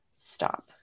stop